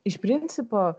iš principo